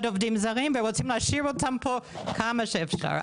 עובדים זרים ורוצים להשאיר אותם פה כמה שאפשר.